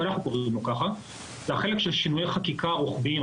החלק האסטרטגי אנחנו קוראים לו כך זה החלק של שינויי חקיקה רוחביים.